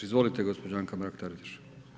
Izvolite gospođo Anka Mrak-Taritaš.